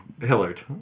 hillard